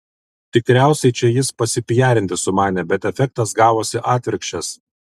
tikriausiai čia jis pasipijarinti sumanė bet efektas gavosi atvirkščias